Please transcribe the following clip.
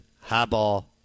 highball